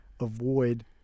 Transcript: avoid